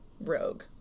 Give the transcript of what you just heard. Rogue